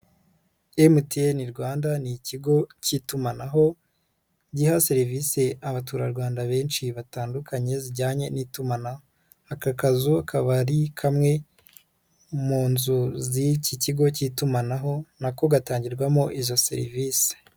MTN Rwanda ni ikigo cy'itumanaho, giha serivisi abaturarwanda benshi batandukanye zijyanye n'itumanaho. Aka kazu kabari kamwe mu nzu z'iki kigo cy'itumanaho na ko gatangirwamo izo serivisi.